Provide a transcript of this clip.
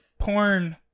porn